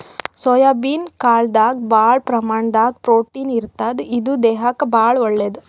soybean ಕಾಳ್ದಾಗ್ ಭಾಳ್ ಪ್ರಮಾಣದಾಗ್ ಪ್ರೊಟೀನ್ ಇರ್ತದ್ ಇದು ದೇಹಕ್ಕಾ ಭಾಳ್ ಒಳ್ಳೇದ್